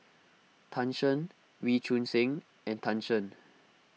Tan Shen Wee Choon Seng and Tan Shen